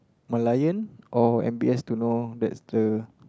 Merlion or m_b_s to know that's the